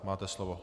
Máte slovo.